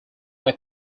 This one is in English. way